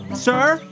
sir,